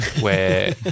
where-